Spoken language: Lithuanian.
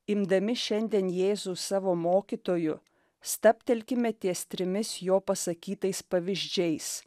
imdami šiandien jėzų savo mokytoju stabtelkime ties trimis jo pasakytais pavyzdžiais